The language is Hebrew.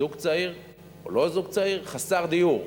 זוג צעיר או לא זוג צעיר, חסר דיור.